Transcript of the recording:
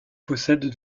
possède